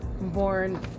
born